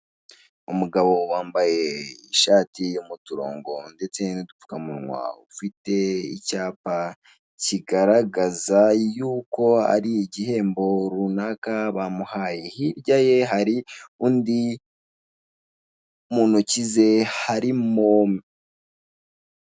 Umugabo wambaye ishati y'umutungo ndetse n'udupfukamunwa ufite icyapa kigaragaza yuko ari igihembo runaka bamuhaye hirya ye hari undi muntoki ze harimo.